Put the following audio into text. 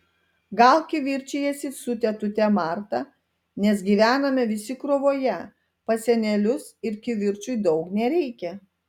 gal kivirčijasi su tetute marta nes gyvename visi krūvoje pas senelius ir kivirčui daug nereikia